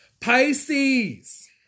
Pisces